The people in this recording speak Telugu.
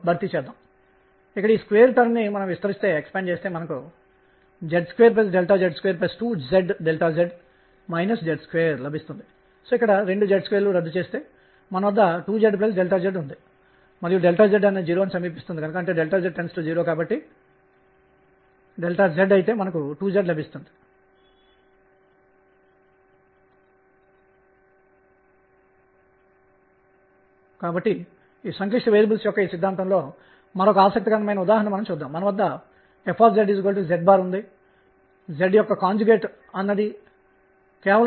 ఏమి జరుగుతుందంటే మీరు కేంద్రంలో ఫోర్సుని కలిగి ఉండి x y తలంలో కదలికను పరిగణించినట్లయితే క్లాసికల్ మెకానిక్స్ నుండి మనకు తెలిసినదేమింటంటే ఈ సందర్భంలో V k r కు సమానం